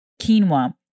quinoa